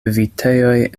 vitejoj